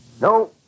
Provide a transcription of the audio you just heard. No